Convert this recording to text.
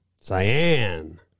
Cyan